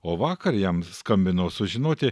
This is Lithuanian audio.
o vakar jam skambinau sužinoti